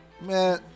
Man